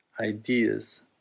ideas